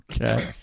Okay